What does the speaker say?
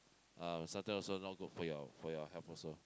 uh sometime also not good for your for your health also